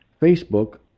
Facebook